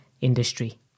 industry